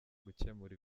gukemura